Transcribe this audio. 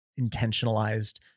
intentionalized